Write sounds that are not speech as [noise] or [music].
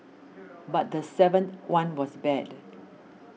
[noise] but the seventh one was bad